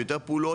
יותר פעולות,